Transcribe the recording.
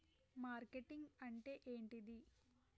Marketing అంటే ఏంటిది?